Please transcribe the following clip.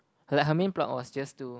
like her main plot was just to